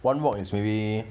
one wok is maybe